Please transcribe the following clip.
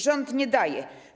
Rząd nie daje.